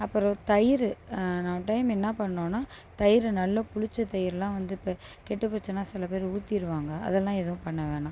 அப்புறம் தயிர் நான் ஒன் டைம் என்ன பண்ணோன்னால் தயிர் நல்லா புளித்த தயிர்லாம் வந்து இப்போ கெட்டு போச்சுனா சில பேர் ஊத்திருவாங்க அதெல்லாம் எதுவும் பண்ண வேணாம்